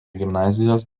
gimnazijos